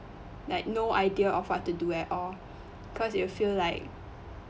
like no idea of what to do at all cause it'll feel like